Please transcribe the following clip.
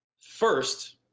First